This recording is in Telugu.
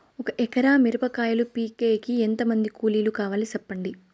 ఒక ఎకరా మిరప కాయలు పీకేకి ఎంత మంది కూలీలు కావాలి? సెప్పండి?